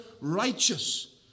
righteous